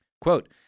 Quote